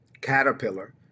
caterpillar